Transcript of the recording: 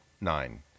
nine